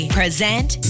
present